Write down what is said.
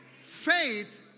faith